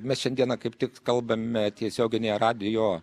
mes šiandieną kaip tik kalbame tiesioginėje radijo